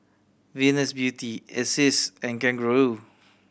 Venus Beauty Asics and Kangaroo